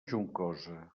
juncosa